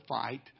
fight